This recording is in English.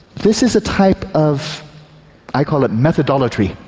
this is a type of i call it methodolatry,